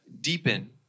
deepen